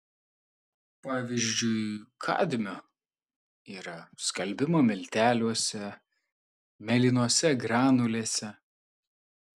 pavyzdžiui kadmio yra skalbimo milteliuose mėlynose granulėse